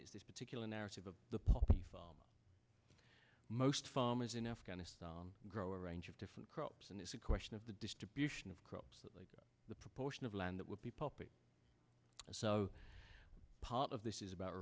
is this particular narrative of the most farmers in afghanistan grow a range of different crops and it's a question of the distribution of crops the proportion of land that would be pumping and so part of this is about